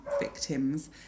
victims